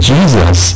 Jesus